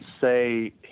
say